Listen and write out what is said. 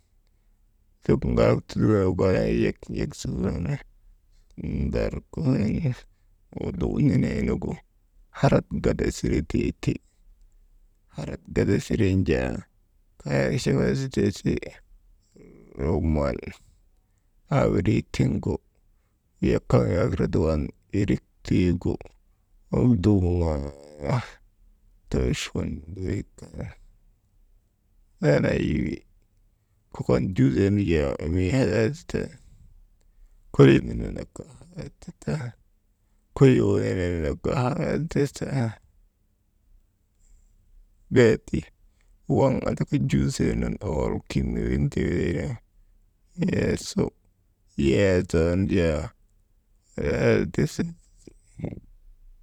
N̰amuk yak almaŋ kelek almaŋnu kaa too waŋ n̰amuk deetaŋ, aasuta wuri awirik tiigu ti neri kolii nenee kan n̰a yaŋnu nduu nenen yow aa ndirtee ti, laakin mii kaŋ yak wey aa ondorŋok waagu lutoo tindriyar waŋ andaka andan ti zin jaa hilgi ziŋtee ti, annaa tika karan juuzee nenee nun fara sun, til sun aa sun illik sun, itirek waagu embek lel naŋaanu, tafaytee ti, annaa tika ti waŋ nun ner jaa n̰amuk deetaŋ gu yowok ti, wav andaka kanaa embee yak n̰amuk giniŋ nu ti.